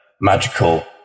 magical